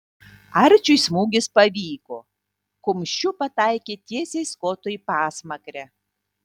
arčiui smūgis pavyko kumščiu pataikė tiesiai skotui į pasmakrę